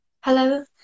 Hello